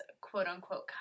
quote-unquote